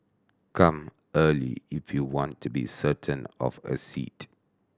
come early if you want to be certain of a seat